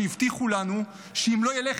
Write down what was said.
כשהבטיחו לנו שאם לא ילך,